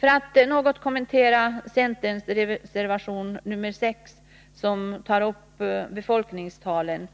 Jag vill också något kommentera centerns reservation nr 6, som tar upp befolkningstalen.